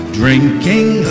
drinking